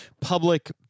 public